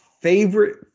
favorite